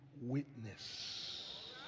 witness